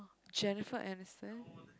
Jennifer-Anison